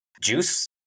Juice